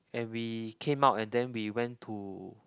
and we came out and then we went to